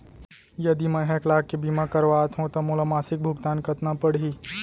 यदि मैं ह एक लाख के बीमा करवात हो त मोला मासिक भुगतान कतना पड़ही?